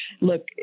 look